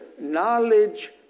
knowledge